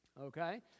Okay